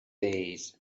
days